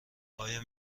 آیا